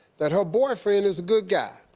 that her boyfriend is a good guy.